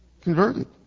converted